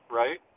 right